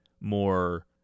more